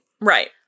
Right